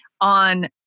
on